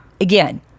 again